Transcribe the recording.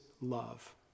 love